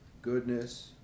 goodness